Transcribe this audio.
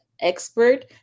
expert